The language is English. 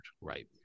right